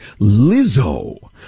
Lizzo